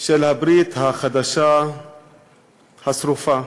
של הברית החדשה השרופה,